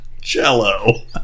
cello